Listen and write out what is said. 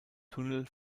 tunnel